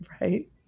Right